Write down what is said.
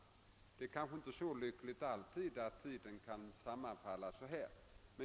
Det kanske inte alltid är så lyckligt att tidpunkterna kan sammanfalla så här.